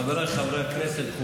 חבריי חברי הכנסת,